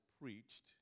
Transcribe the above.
preached